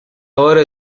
ahora